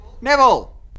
Neville